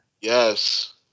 Yes